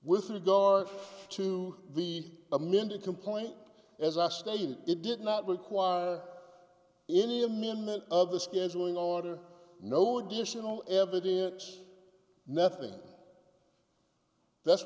with regard to the amended complaint as i stated it did not require any amendment of the scheduling order no additional evidence nothing that's